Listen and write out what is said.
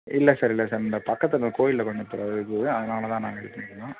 இல்லை சார் இல்லை சார் இந்த பக்கத்தில் கோயில்ல கொஞ்சம் பிர இது அதனால தான் நாங்கள் இது பண்ணிகிட்ருந்தோம்